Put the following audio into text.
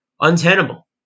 untenable